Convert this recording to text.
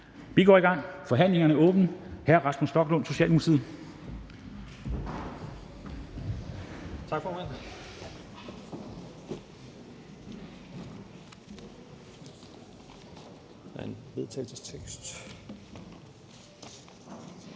Vi går i gang. Forhandlingen er åbnet. Hr. Rasmus Stoklund, Socialdemokratiet.